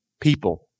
people